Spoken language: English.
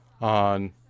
on